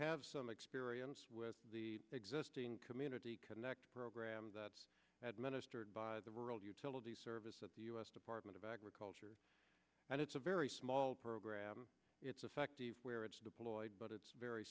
have some experience with the existing community connect programs that's administered by the rural utilities service at the u s department of agriculture and it's a very small program it's effect where it's deployed but it's very